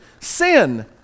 sin